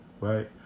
right